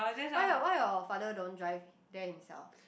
why your why your father don't drive there himself